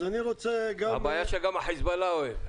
אז אני רוצה גם --- הבעיה שגם החיזבאללה אוהב.